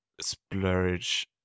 splurge